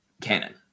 canon